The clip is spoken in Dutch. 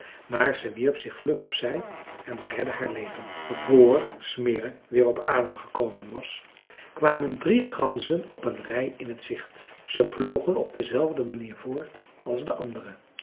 maar ze wierp zich vlug op zij en redde haar leven vr smirre weer op adem gekomen was kwamen drie ganzen op een rij in t gezicht ze vlogen op dezelfde manier voort als de andere